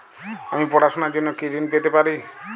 আমি পড়াশুনার জন্য কি ঋন পেতে পারি?